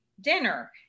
dinner